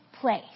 place